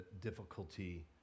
difficulty